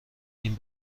این